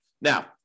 Now